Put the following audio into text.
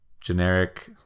generic